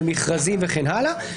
מכרזים וכן הלאה.